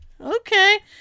Okay